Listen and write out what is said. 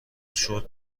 شرت